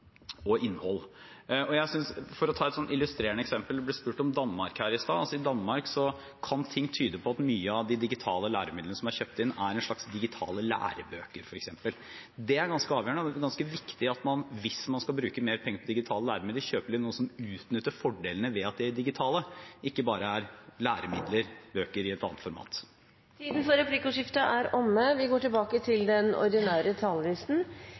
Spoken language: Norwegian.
innhold. For å ta et illustrerende eksempel: Jeg ble spurt om Danmark her i stad. I Danmark kan ting tyde på at mye av de digitale læremidlene som er kjøpt inn, er en slags digitale lærebøker, f.eks. Det er ganske avgjørende og ganske viktig at man hvis man skal bruke mer penger på digitale læremidler, kjøper inn noe som utnytter fordelene ved at de er digitale, ikke bare lærebøker i et annet format. Replikkordskiftet er omme.